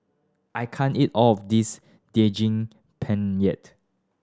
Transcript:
I can't eat all of this Daging Penyet